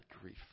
grief